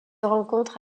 rencontre